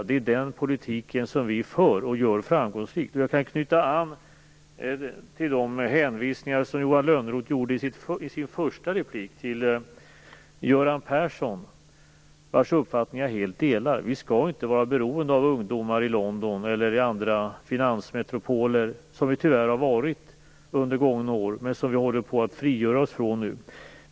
Det är den politiken som vi för framgångsrikt. Jag vill knyta an till de hänvisningar till Göran Persson, som Johan Lönnroth gjorde i sitt första inlägg, vars uppfattningar jag helt delar. Vi skall inte vara beroende av ungdomar i London eller i andra finansmetropoler på det sätt som vi tyvärr har varit under de gångna åren, men som vi nu håller på att frigöra oss ifrån.